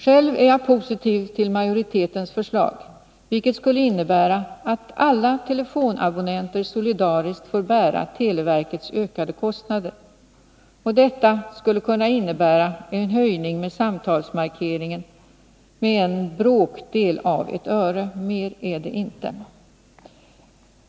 Själv är jag positiv till majoritetens förslag, vilket skulle innebära att alla telefonabonnenter solidariskt får bära televerkets ökade kostnader. Detta skulle kunna innebära en höjning av samtalsmarkeringsavgiften med bråkdelen av ett öre. Mer är det inte.